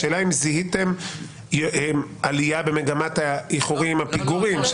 השאלה היא אם זיהיתם עלייה במגמת האיחורים והפיגורים.